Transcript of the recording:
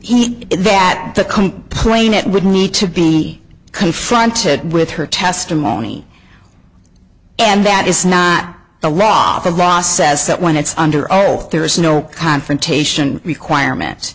he that the complainant would need to be confronted with her testimony and that is not the law for ross says that when it's under oath there is no confrontation requirement